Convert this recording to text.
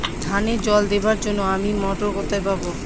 ধানে জল দেবার জন্য আমি মটর কোথায় পাবো?